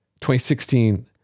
2016